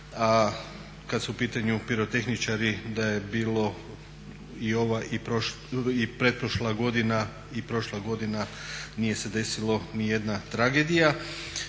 a kad su u pitanju pirotehničari da je bilo i pretprošla godina i prošla godina nije se desila nijedna tragedija.